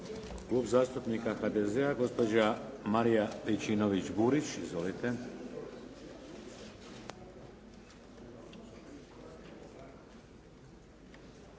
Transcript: Klub zastupnika HDZ-a gospođa Marija Pejčinović-Burić. Izvolite.